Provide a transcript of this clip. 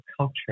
culture